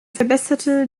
verbesserte